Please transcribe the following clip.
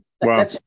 Wow